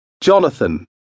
Jonathan